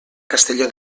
castelló